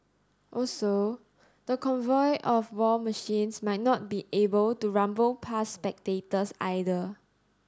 also the convoy of war machines might not be able to rumble past spectators either